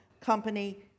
company